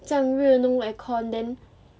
这样热 no aircon then